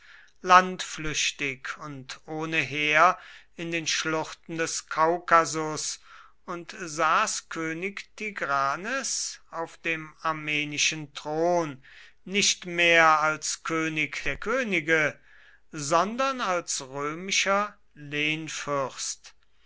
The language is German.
landflüchtig und ohne heer in den schluchten des kaukasus und saß könig tigranes auf dem armenischen thron nicht mehr als könig der könige sondern als römischer